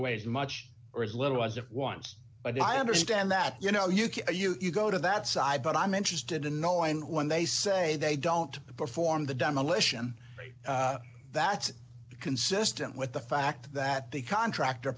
away as much or as little as it wants but i understand that you know you can you go to that side but i'm interested in knowing when they say they don't perform the demolition that's consistent with the fact that the contractor